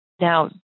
Now